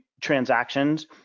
transactions